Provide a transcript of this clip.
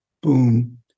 Boom